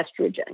estrogen